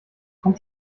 komm